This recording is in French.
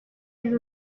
ses